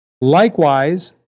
Likewise